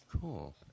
Cool